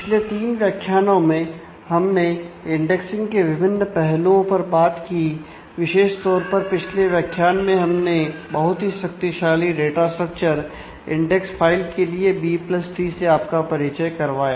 पिछले तीन व्याख्यानों में हमने इंडेक्सिंग के विभिन्न पहलुओं पर बात की विशेष तौर पर पिछले व्याख्यान में हमने बहुत ही शक्तिशाली डाटा स्ट्रक्चर से आपका परिचय करवाया